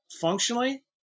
functionally